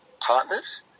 partners